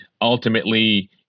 ultimately